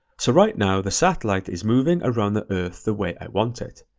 so right now, the satellite is moving around the earth the way i want it.